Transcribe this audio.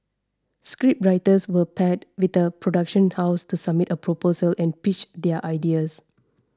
scriptwriters were paired with a production house to submit a proposal and pitch their ideas